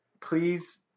please